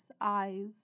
eyes